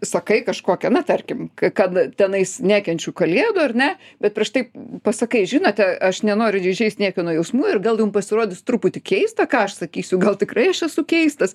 sakai kažkokią na tarkim kad tenais nekenčiu kalėdų ar ne bet prieš tai pasakai žinote aš nenoriu įžeist niekieno jausmų ir gal jum pasirodys truputį keista ką aš sakysiu gal tikrai aš esu keistas